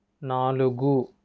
నాలుగు